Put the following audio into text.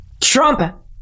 Trump